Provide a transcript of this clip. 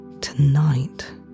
Tonight